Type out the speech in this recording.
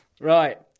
Right